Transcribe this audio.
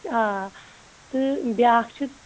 آ تہٕ بیٛاکھ چھِ